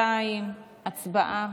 62. הצבעה.